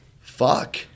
Fuck